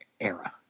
era